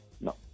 no